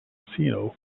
casino